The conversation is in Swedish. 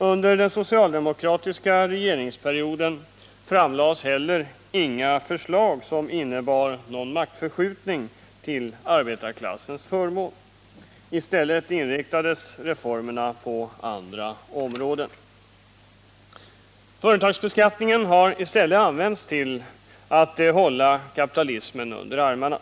Under den socialdemokratiska regeringsperioden framlades heller inga förslag som innebar någon maktförskjutning till arbetarklassens förmån. I stället inriktades reformerna på andra områden. Företagsbeskattningen har använts till att hålla kapitalismen under armarna.